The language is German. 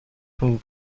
von